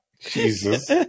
Jesus